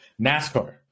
NASCAR